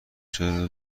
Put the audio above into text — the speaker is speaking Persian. چرا